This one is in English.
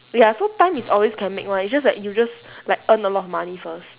ya so time is always can make [one] it's just that you just like earn a lot of money first